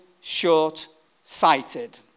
short-sighted